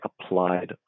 applied